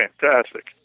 fantastic